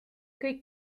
kõik